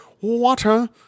water